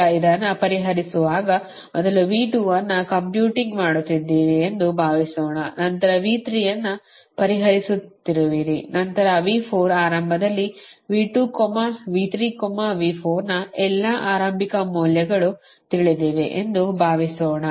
ಈಗ ಇದನ್ನು ಪರಿಹರಿಸುವಾಗ ಮೊದಲು V2 ಅನ್ನು ಕಂಪ್ಯೂಟಿಂಗ್ ಮಾಡುತ್ತಿದ್ದೀರಿ ಎಂದು ಭಾವಿಸೋಣ ನಂತರ V3 ಅನ್ನು ಪರಿಹರಿಸುತ್ತಿರುವಿರಿ ನಂತರ V4 ಆರಂಭದಲ್ಲಿ V2 V3 V4 ನ ಎಲ್ಲಾ ಆರಂಭಿಕ ಮೌಲ್ಯಗಳು ತಿಳಿದಿವೆ ಎಂದು ಭಾವಿಸೋಣ